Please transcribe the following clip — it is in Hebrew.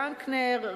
דנקנר,